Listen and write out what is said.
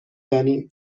دانیم